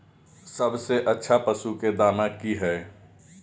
सबसे अच्छा पशु के दाना की हय?